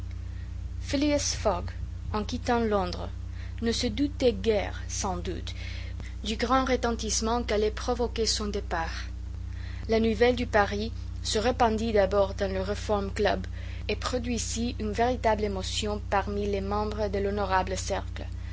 en quittant londres ne se doutait guère sans doute du grand retentissement qu'allait provoquer son départ la nouvelle du pari se répandit d'abord dans le reform club et produisit une véritable émotion parmi les membres de l'honorable cercle